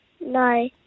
No